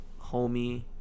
homie